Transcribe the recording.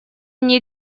мне